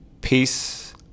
Peace